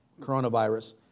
coronavirus